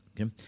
Okay